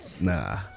Nah